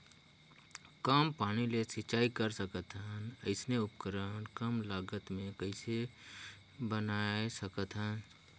कम पानी ले सिंचाई कर सकथन अइसने उपकरण कम लागत मे कइसे बनाय सकत हन?